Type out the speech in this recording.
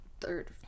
third